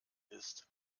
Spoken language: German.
ist